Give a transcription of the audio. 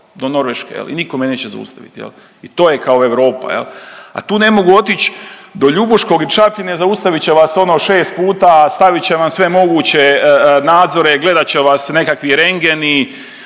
do Norveške i nitko me neće zaustaviti. I to je kao Europa. A tu ne mogu otići do Ljubuškog i Čapljine zaustavit će vas ono šest puta, stavit će vam sve moguće nadzore, gledat će vas nekakvi rendgeni,